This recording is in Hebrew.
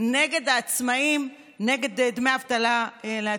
נגד העצמאים, נגד דמי אבטלה לעצמאים.